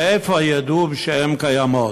מאיפה ידעו שהן קיימות?